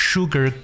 Sugar